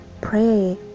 pray